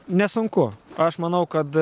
nesunku aš manau kad